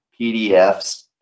PDFs